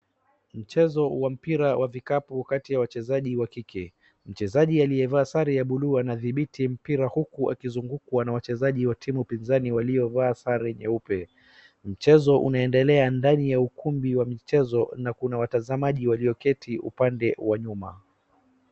Mchezo wa mpira wa vikapu kati ya wachezaji wakike. Mchezaji aliyevaa sare ya bluu anadhibiti mpira huku akizungukwa na wachezaji wa timu pinzani waliovaa sare nyeupe. Mchezo unaendelea ndani ya ukumbi wa michezo na kuna watazamaji walioketi upande wa nyuma.